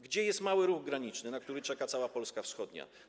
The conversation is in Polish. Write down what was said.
Gdzie jest mały ruch graniczny, na który czeka cała Polska wschodnia?